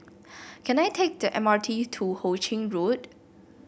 can I take the M R T to Ho Ching Road